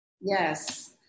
Yes